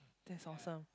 that's awesome